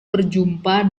berjumpa